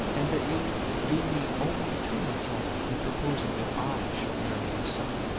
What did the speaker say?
and that you do me only too much honor in proposing that i shall marry your son.